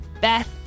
Beth